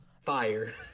fire